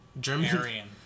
German